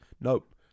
nope